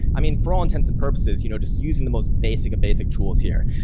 i mean, for all intents and purposes, you know, just using the most basic of basic tools here,